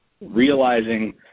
realizing